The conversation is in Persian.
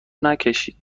نکشید